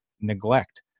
neglect